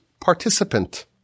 participant